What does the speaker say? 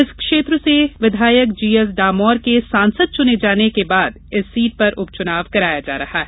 इस क्षेत्र से विधायक जीएस के सांसद चुने जाने के बाद इस सीट पर उपचुनाव कराया जा रहा हैं